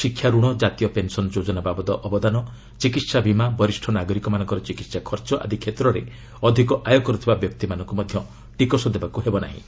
ଶିକ୍ଷାରଣ କାତୀୟ ପେନ୍ସନ ଯୋଜନା ବାବଦ ଅବଦାନ ଚିକିହା ବୀମା ବରିଷ୍ଣ ନାଗରିକମାନଙ୍କର ଚିକିତ୍ସା ଖର୍ଚ୍ଚ ଆଦି କ୍ଷେତ୍ରରେ ଅଧିକ ଆୟ କରୁଥିବା ବ୍ୟକ୍ତିମାନଙ୍କୁ ମଧ୍ୟ ଟିକସ ଦେବାକୃ ହେବନାହିଁ